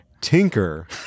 tinker